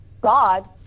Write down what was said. God